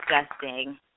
disgusting